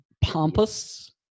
pompous